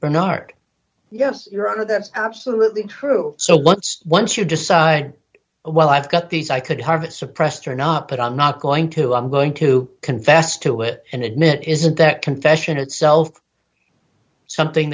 bernard yes your honor that's absolutely true so once once you decide well i've got these i could have a suppressed or not but i'm not going to i'm going to confess to it and admit isn't that confession itself something